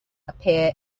appears